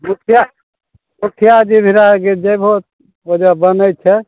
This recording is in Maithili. मुखिया मुखिया जी भीरा जयबहो सब बनय छै